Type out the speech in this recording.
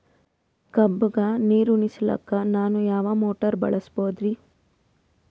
ಕಬ್ಬುಗ ನೀರುಣಿಸಲಕ ನಾನು ಯಾವ ಮೋಟಾರ್ ಬಳಸಬಹುದರಿ?